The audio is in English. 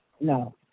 No